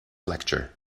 lecture